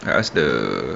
I ask the